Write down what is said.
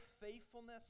faithfulness